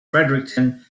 fredericton